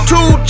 Two